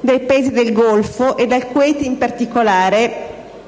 dai Paesi del Golfo, e dal Kuwait, in particolare,